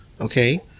okay